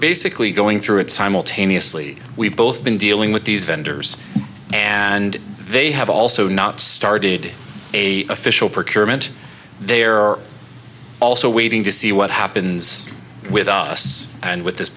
basically going through it simultaneously we've both been dealing with these vendors and they have also not started a official procurement they are also waiting to see what happens with us and with this